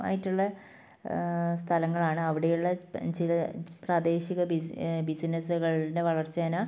ആയിട്ടുള്ള സ്ഥലങ്ങളാണ് അവിടെയുള്ള ചില പ്രാദേശിക ബിസിനസുകളുടെ വളർച്ചേനെ